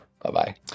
Bye-bye